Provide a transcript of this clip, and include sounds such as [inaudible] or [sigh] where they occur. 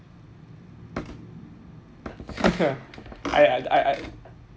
[laughs] I I I